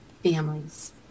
families